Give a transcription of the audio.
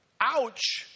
Ouch